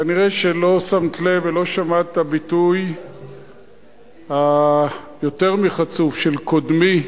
כנראה שלא שמת לב ולא שמעת את הביטוי היותר מחצוף של קודמי,